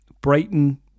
Brighton